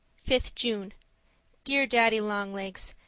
fifth june dear daddy-long-legs,